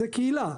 זה קהילה,